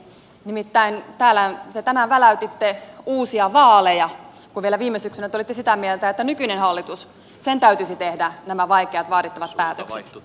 nimittäin täällä te tänään väläytitte uusia vaaleja kun vielä viime syksynä te olitte sitä mieltä että nykyisen hallituksen täytyisi tehdä nämä vaikeat vaadittavat päätökset